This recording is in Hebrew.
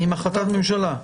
עם החלטת ממשלה?